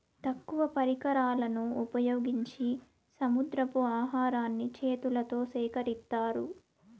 తక్కువ పరికరాలను ఉపయోగించి సముద్రపు ఆహారాన్ని చేతులతో సేకరిత్తారు